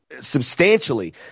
substantially